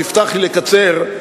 הבטחתי לקצר,